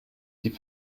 die